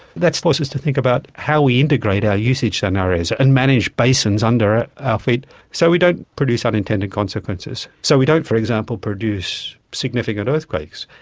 that has forced us to think about how we integrate our usage scenarios and manage basins under our feet so we don't produce unintended consequences, so we don't, for example, produce significant earthquakes,